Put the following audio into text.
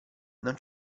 non